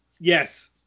yes